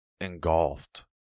engulfed